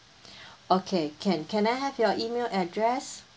okay can can I have your email address